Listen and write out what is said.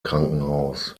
krankenhaus